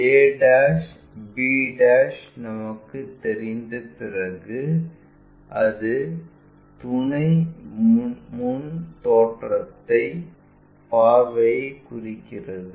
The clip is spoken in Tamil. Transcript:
a b நமக்குத் தெரிந்த பிறகு அது துணை முன் தோற்றத்தை பார்வையை குறிக்கிறது